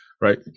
right